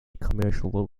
commercial